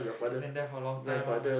it been there for a long time ah